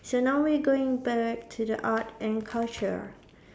so now we going back to the art and culture